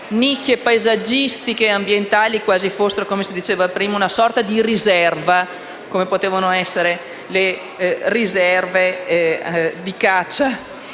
nicchie paesaggistiche e ambientali quasi fossero una sorta di riserva, come potevano essere le riserve di caccia.